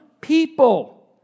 people